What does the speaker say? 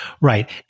Right